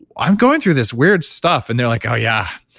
i'm going through this weird stuff. and they're like oh, yeah.